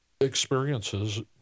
experiences